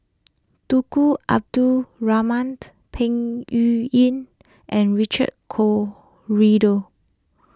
Tunku Abdul Rahman Peng Yuyun and Richard Corridon